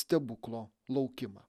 stebuklo laukimą